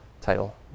title